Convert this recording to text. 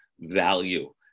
value